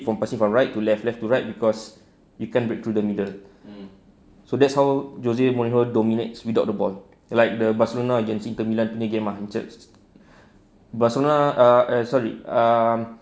from passing from right to left left to right cause you can break through the middle so that's how josie monaco dominates without the ball like the barcelona against inter milan punya game ah barcelona ah eh sorry um